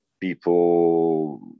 people